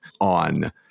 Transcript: on